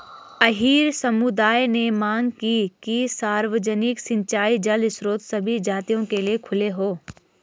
अहीर समुदाय ने मांग की कि सार्वजनिक सिंचाई जल स्रोत सभी जातियों के लिए खुले हों